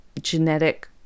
genetic